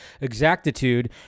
exactitude